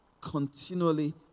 continually